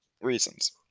reasons